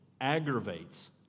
aggravates